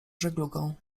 żeglugą